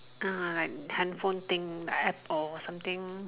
ah like handphone thing like App or something